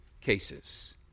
cases